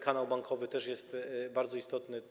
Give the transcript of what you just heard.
Kanał bankowy też jest bardzo istotny.